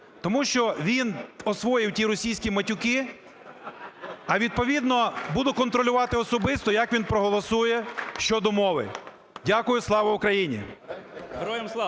тому що він освоїв ті російські матюки, а відповідно буду контролювати особисто, як він проголосує щодо мови. Дякую. Слава Україні!